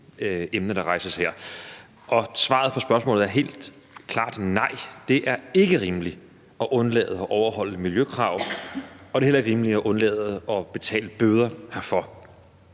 Og svaret på spørgsmålet er helt klart: Nej, det er ikke rimeligt at undlade at overholde miljøkravene, og det er heller ikke rimeligt at undlade at betale bøder herfor.